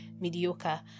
mediocre